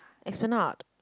Esplanade